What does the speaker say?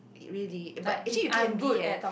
really but actually you can be eh